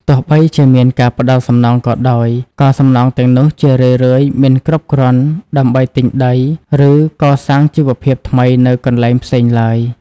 ទោះបីជាមានការផ្តល់សំណងក៏ដោយ ក៏សំណងទាំងនោះជារឿយៗមិនគ្រប់គ្រាន់ដើម្បីទិញដី ឬកសាងជីវភាពថ្មីនៅកន្លែងផ្សេងឡើយ។